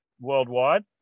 worldwide